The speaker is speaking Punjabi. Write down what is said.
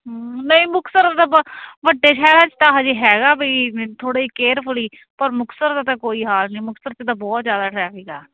ਨਹੀਂ ਮੁਕਤਸਰ ਦਾ ਵੱਡੇ ਸ਼ਹਿਰਾਂ 'ਚ ਤਾਂ ਹਜੇ ਹੈਗਾ ਬਈ ਮੈਨੂੰ ਥੋੜ੍ਹੇ ਕੇਅਰਫੁਲੀ ਪਰ ਮੁਕਤਸਰ ਦਾ ਤਾਂ ਕੋਈ ਹਾਲ ਨਹੀਂ ਮੁਕਤਸਰ 'ਚ ਤਾਂ ਬਹੁਤ ਜ਼ਿਆਦਾ ਟਰੈਫਿਕ ਆ